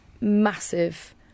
massive